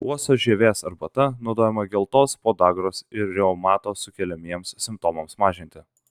uosio žievės arbata naudojama geltos podagros ir reumato sukeliamiems simptomams mažinti